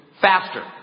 faster